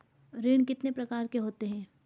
ऋण कितने प्रकार के होते हैं?